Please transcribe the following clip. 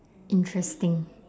interesting